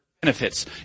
benefits